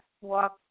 walk